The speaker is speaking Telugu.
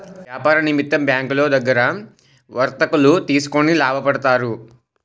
వ్యాపార నిమిత్తం బ్యాంకులో దగ్గర వర్తకులు తీసుకొని లాభపడతారు